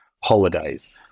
holidays